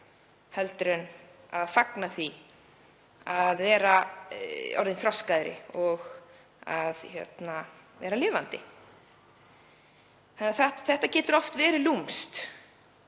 yngri en að fagna því að vera orðinn þroskaðri og vera lifandi. Þetta getur oft verið lúmskt.